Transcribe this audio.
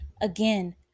Again